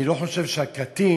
אני לא חושב שהקטין,